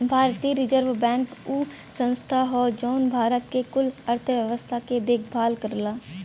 भारतीय reserve bank उ संस्था हौ जौन भारत के कुल अर्थव्यवस्था के देखभाल करला